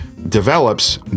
develops